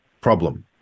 problem